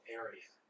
area